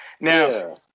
Now